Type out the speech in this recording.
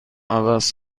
عوض